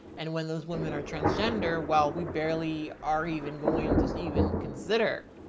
and when those women are transgender, well we barely are even going to even consider,